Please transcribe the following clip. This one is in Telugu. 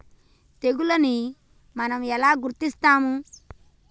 తెగులుని మనం ఎలా గుర్తిస్తాము?